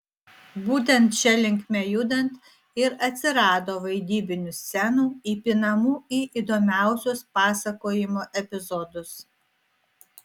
būtent šia linkme judant ir atsirado vaidybinių scenų įpinamų į įdomiausius pasakojimo epizodus